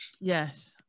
Yes